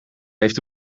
heeft